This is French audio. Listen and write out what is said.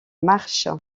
marche